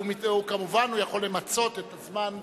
והוא כמובן יכול למצות את הזמן.